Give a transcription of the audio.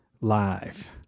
live